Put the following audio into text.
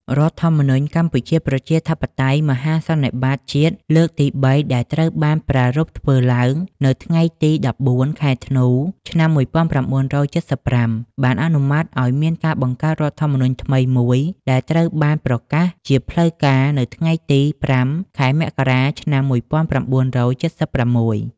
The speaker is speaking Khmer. រដ្ឋធម្មនុញ្ញកម្ពុជាប្រជាធិបតេយ្យមហាសន្និបាតជាតិលើកទី៣ដែលត្រូវបានប្រារព្ធធ្វើឡើងនៅថ្ងៃទី១៤ ខែធ្នូ ឆ្នាំ១៩៧៥ បានអនុម័តឱ្យមានការ បង្កើតរដ្ឋធម្មនុញ្ញថ្មីមួយដែលត្រូវបានប្រកាសជាផ្លូវការនៅ ថ្ងៃទី៥ ខែមករា ឆ្នាំ១៩៧៦ ។